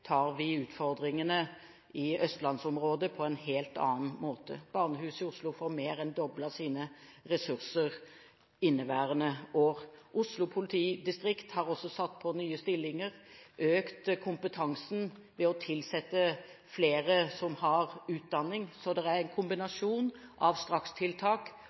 tar vi utfordringene i østlandsområdet på en helt annen måte. Barnehuset i Oslo får mer enn doblet sine ressurser inneværende år. Oslo politidistrikt har også tilsatt i nye stillinger – har økt kompetansen ved å tilsette flere som har utdanning. Det er altså en kombinasjon av strakstiltak